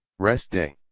rest day.